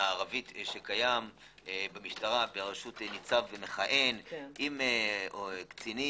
הערבית שקיים במשטרה בראשות ניצב מכהן עם קצינים,